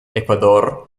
ecuador